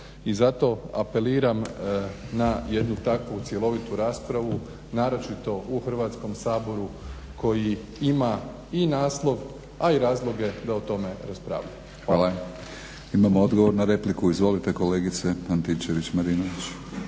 I zato apeliram na jednu takvu cjelovitu raspravu naročito u Hrvatskom saboru koji ima i naslov, a i razloge da o tome raspravljamo. **Batinić, Milorad (HNS)** Hvala. Imamo odgovor na repliku, izvolite kolegice Antičević-Marinović.